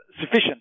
sufficient